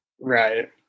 right